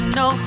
no